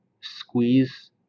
squeeze